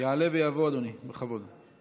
יעלה ויבוא, אדוני, בכבוד.